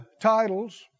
Titles